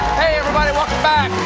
hey, everybody! welcome back!